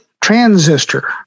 transistor